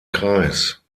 kreis